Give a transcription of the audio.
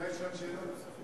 אני אולי אשאל שאלה נוספת?